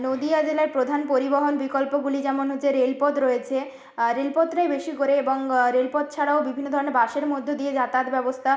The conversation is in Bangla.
নদীয়া জেলার প্রধান পরিবহন বিকল্পগুলি যেমন হচ্ছে রেলপথ রয়েছে রেলপথটাই বেশি করে এবং রেলপথ ছাড়াও বিভিন্ন ধরনের বাসের মধ্যে দিয়ে যাতায়াত ব্যবস্থা